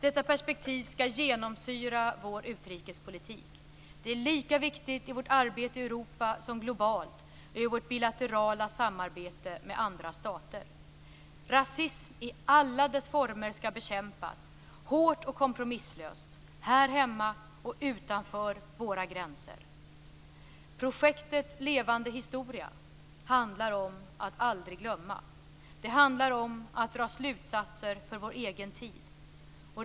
Detta perspektiv skall genomsyra vår utrikespolitik. Det är lika viktigt i vårt arbete i Europa som globalt och i vårt bilaterala samarbete med andra stater. Rasism i alla dess former skall bekämpas, hårt och kompromisslöst, här hemma och utanför våra gränser. Projektet Levande historia handlar om att aldrig glömma. Det handlar om att dra slutsatser för vår egen tid.